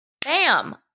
Bam